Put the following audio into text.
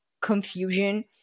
confusion